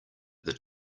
that